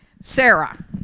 Sarah